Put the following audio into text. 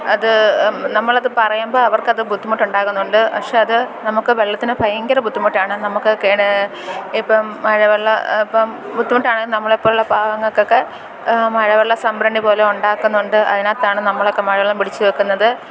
അത് നമ്മളത് പറയുമ്പം അവര്ക്കത് ബുദ്ധിമുട്ടുണ്ടാകുന്നുണ്ട് പക്ഷേ അത് നമുക്ക് വെള്ളത്തിന് ഭയങ്കര ബുദ്ധിമുട്ടാണ് നമുക്ക് കേര ഇപ്പം മഴവെള്ളം ഇപ്പം ബുദ്ധിമുട്ടാണ് നമ്മളെപ്പോലൊയുള്ള പാവങ്ങൾക്കൊക്കെ മഴവെള്ള സംഭരണി പോലെ ഉണ്ടാക്കുന്നുണ്ട് അതിനകത്താണ് നമ്മളക്കെ മഴവെള്ളം പിടിച്ചുവെക്കുന്നത്